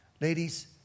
Ladies